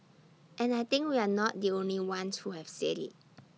and I think we're not the only ones who have said IT